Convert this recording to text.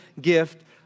gift